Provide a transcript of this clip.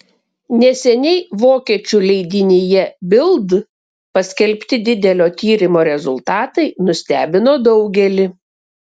neseniai vokiečių leidinyje bild paskelbti didelio tyrimo rezultatai nustebino daugelį